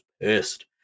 pissed